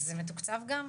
זה מתוקצב גם?